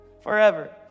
Forever